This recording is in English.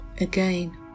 again